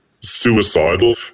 suicidal